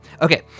okay